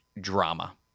Drama